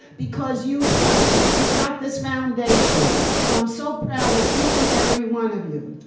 because you've got you've got this foundation. so, i'm so proud of each and every one of you.